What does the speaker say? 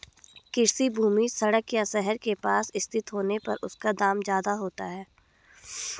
कृषि भूमि सड़क या शहर के पास स्थित होने पर उसका दाम ज्यादा होता है